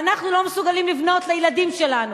ואנחנו לא מסוגלים לבנות לילדים שלנו,